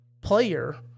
player